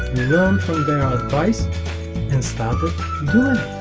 learned from their advice and started